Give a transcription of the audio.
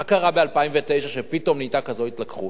מה קרה ב-2009, כשפתאום נהייתה כזאת התלקחות,